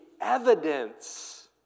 evidence